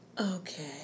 Okay